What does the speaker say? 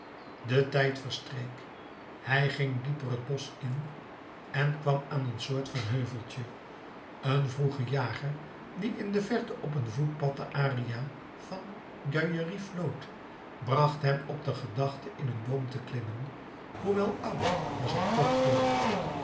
de tijd verstreek hij ging dieper het bosch in en kwam aan een soort van heuveltje een vroege jager die in de verte op een voetpad de aria van guillery floot bracht hem op de gedachte in een boom te klimmen hoewel oud was hij nog vlug